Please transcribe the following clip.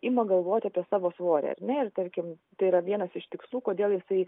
ima galvoti apie savo svorį ar ne ir tarkim tai yra vienas iš tikslų kodėl jisai